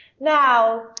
now